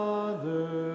Father